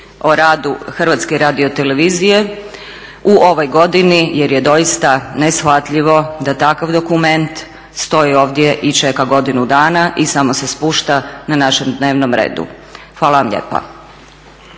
o radu HRT-a u ovoj godini jer je doista neshvatljivo da takav dokument stoji ovdje i čeka godinu dana i samo se spušta na našem dnevnom redu. Hvala vam lijepa.